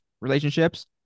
relationships